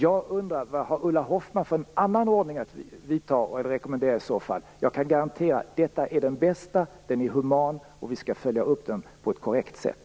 Jag undrar vad Ulla Hoffmann har för annan ordning att rekommendera i så fall. Jag kan garantera att den nuvarande ordningen är den bästa. Den är human, och vi skall följa upp den på ett korrekt sätt.